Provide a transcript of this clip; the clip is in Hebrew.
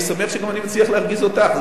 אני שמח שגם אני מצליח להרגיז אותך.